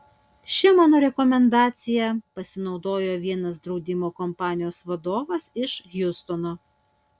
šia mano rekomendacija pasinaudojo vienas draudimo kompanijos vadovas iš hjustono